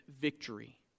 victory